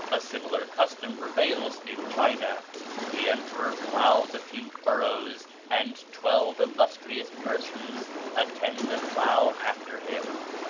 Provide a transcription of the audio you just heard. a similar custom prevails in china the emperor ploughs a few furrows, and twelve illustrious persons attend the plough after him.